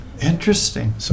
Interesting